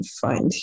find